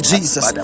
Jesus